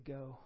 go